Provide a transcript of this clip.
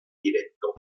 directo